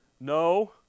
no